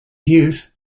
youth